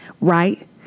right